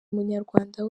munyarwanda